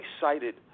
cited